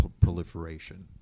proliferation